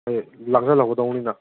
ꯑꯩꯈꯣꯏ ꯂꯥꯡꯖꯤꯜꯍꯧꯒꯗꯧꯅꯤꯅ